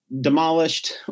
demolished